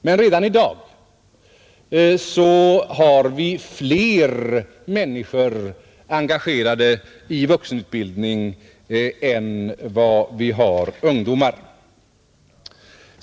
Men redan i dag har vi fler människor engagerade i vuxenutbildning än vi har ungdomar under utbildning.